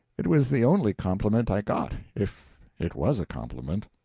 it was the only compliment i got if it was a compliment.